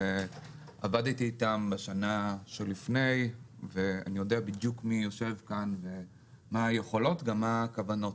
עבדתי אתם שנה לפני ואני מכיר את היכולות שלהם.